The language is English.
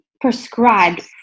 prescribed